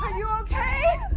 you okay?